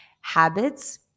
habits